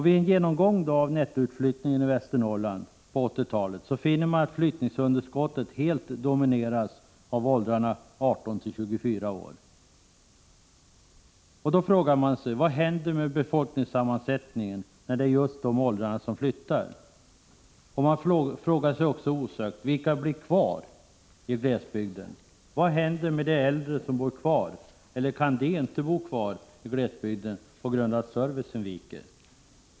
Vid en genomgång av nettoutflyttningen från Västernorrland under 1980-talet finner man att flyttningsunderskottet helt domineras av åldrarna 18-24 år. Då frågar man sig: Vad händer med befolkningen när det är just människor i dessa åldrar som flyttar? Och man frågar sig också osökt: Vilka blir kvar i glesbygden? Vad händer med de äldre som bor kvar, eller kan de inte bo kvar i glesbygden på grund av att servicen viker?